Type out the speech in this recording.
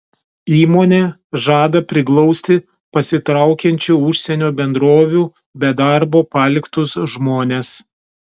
įmonė žada priglausti pasitraukiančių užsienio bendrovių be darbo paliktus žmones